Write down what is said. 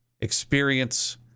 experience